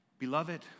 Beloved